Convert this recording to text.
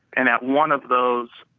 and at one of those,